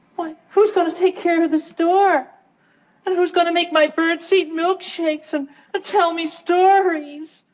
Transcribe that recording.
why, who's going to take care of the store? and who's going to make my birdseed milkshakes and tell me stories?